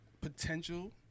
potential